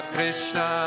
Krishna